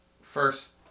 first